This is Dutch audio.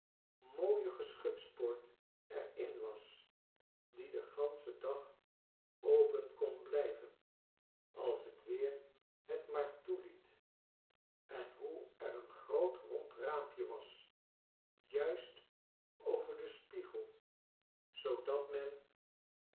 mooie geschutpoort er in was die den ganschen dag open kon blijven als t weer het maar toeliet en hoe er een groot rond raampje was juist over den spiegel zoodat men